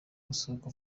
gusohoka